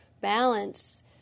balance